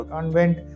Convent